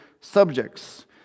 subjects